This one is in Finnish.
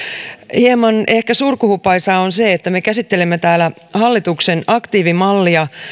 hieman ehkä surkuhupaisaa on se että me käsittelemme täällä hallituksen aktiivimallia